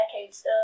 decades